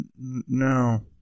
No